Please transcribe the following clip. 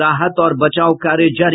राहत और बचाव कार्य जारी